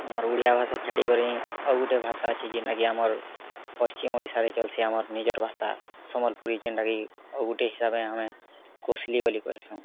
ଆମର୍ ଓଡ଼ିଆ ଭାଷା ଛାଡ଼ି କରିଁ ଆଉ ଗୋଟେ ଭାଷା ଅଛି ଯେନ୍ତା କି ଆମର୍ ପଶ୍ଚିମ ଓଡ଼ିଶାରେ ଚଲ୍ସି ଆମର୍ ନିଜର୍ ଭାଷା ସମ୍ବଲପୁରୀ ଯେନ୍ଟାକି ଆଉ ଗୋଟେ ହିସାବେ ଆମେ କୋସଲି ବୋଲି କହିଁସୁଁ